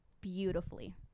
beautifully